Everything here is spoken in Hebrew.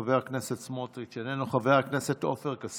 חבר הכנסת סמוטריץ' איננו.